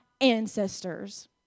ancestors